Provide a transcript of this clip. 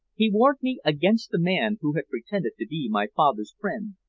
he warned me against the man who had pretended to be my father's friend,